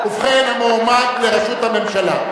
ובכן, המועמד לראשות הממשלה.